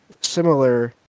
similar